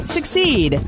Succeed